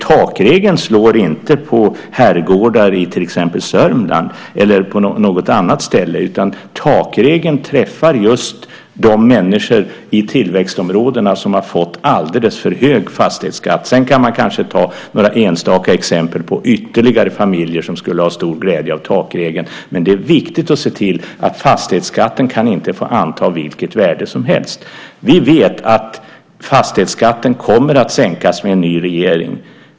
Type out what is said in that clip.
Takregeln slår inte på herrgårdar i till exempel Sörmland eller på något annat ställe, utan takregeln träffar just de människor i tillväxtområdena som har fått en alldeles för hög fastighetsskatt. Kanske kan man ta några enstaka exempel på ytterligare familjer som skulle ha stor glädje av takregeln. Men det är viktigt att se till att fastighetsskatten inte kan få anta vilket värde som helst. Vi vet att fastighetsskatten kommer att sänkas med en ny regering.